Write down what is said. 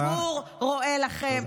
הציבור רואה לכם.